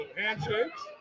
handshakes